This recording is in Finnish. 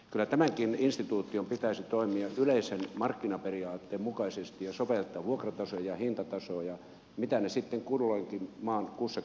kyllä tämänkin instituution pitäisi toimia yleisen markkinaperiaatteen mukaisesti ja sopeuttaa vuokratasoja ja hintatasoja mitä ne sitten kulloinkin maan kussakin osassa ovat